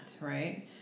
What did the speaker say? right